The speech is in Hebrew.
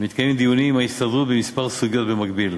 מתקיימים דיונים עם ההסתדרות בכמה סוגיות במקביל: